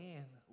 man